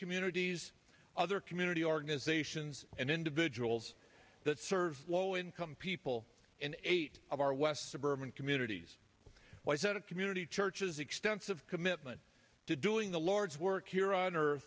communities other community organizations and individuals that serve low income people in eight of our west suburban communities why is that a community churches extensive commitment to do the lord's work here on earth